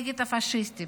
נגד הפשיסטים.